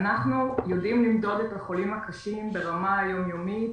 אנחנו יודעים למדוד את החולים הקשים ברמה היום יומית